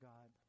God